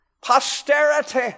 posterity